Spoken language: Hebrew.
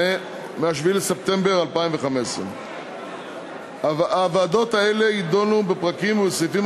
מ-7 בספטמבר 2015. הוועדות האלה ידונו בפרקים ובסעיפים